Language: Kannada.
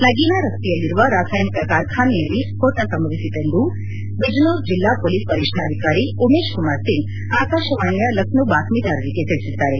ನಗೀನಾ ರಸ್ತೆಯಲ್ಲಿರುವ ರಾಸಾಯನಿಕ ಕಾರ್ಖಾನೆಯಲ್ಲಿ ಸ್ಪೋಟ ಸಂಭವಿಸಿತೆಂದು ಬಿಜ್ನೋರ್ ಜಿಲ್ಲೆ ಪೊಲೀಸ್ ವರಿಷ್ಣಾಧಿಕಾರಿ ಉಮೇಶ್ ಕುಮಾರ್ ಸಿಂಗ್ ಆಕಾಶವಾಣಿಯ ಲಕ್ಷೋ ಬಾತ್ತೀದಾರರಿಗೆ ತಿಳಿಸಿದ್ದಾರೆ